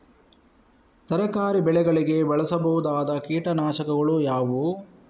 ತರಕಾರಿ ಬೆಳೆಗಳಿಗೆ ಬಳಸಬಹುದಾದ ಕೀಟನಾಶಕಗಳು ಯಾವುವು?